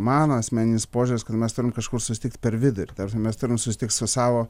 mano asmeninis požiūris kad mes turim kažkur susitikti per vidurį ta prasme mes turim susitikt su savo